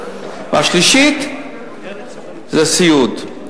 והשלישית זה סיעוד.